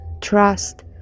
trust